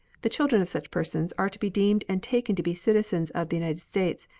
the children of such persons are to be deemed and taken to be citizens of the united states,